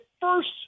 first